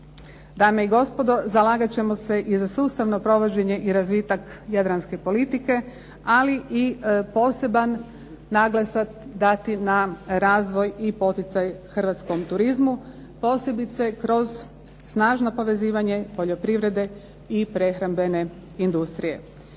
Dame i gospodo, zalagat ćemo se i za sustavno provođenje i razvitak jadranske politike ali i poseban naglasak dati na razvoj i poticaj hrvatskom turizmu posebice kroz snažno povezivanje poljoprivrede i prehrambene industrije.